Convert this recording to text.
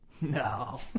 No